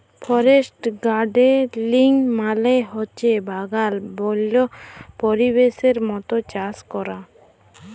forest গাড়েলিং মালে হছে বাগাল বল্য পরিবেশের মত চাষ ক্যরা